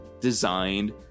designed